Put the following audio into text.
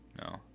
No